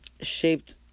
shaped